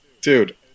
dude